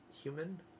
human